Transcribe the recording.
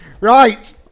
Right